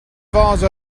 vase